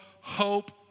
hope